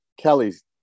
Kelly's